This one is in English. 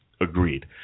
agreed